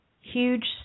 huge